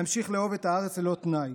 להמשיך לאהוב את הארץ ללא תנאי,